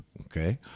okay